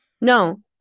No